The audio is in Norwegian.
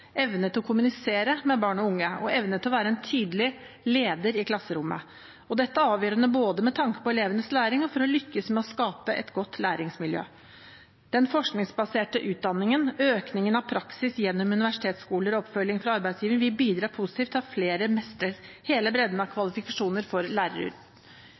evne til å kommunisere med barn og unge og evne til å være en tydelig leder i klasserommet. Dette er avgjørende både med tanke på elevenes læring og for å lykkes med å skape et godt læringsmiljø. Den forskningsbaserte utdanningen, økningen av praksis gjennom universitetsskoler og oppfølging fra arbeidsgivere vil bidra positivt til at flere mestrer hele bredden av kvalifikasjoner for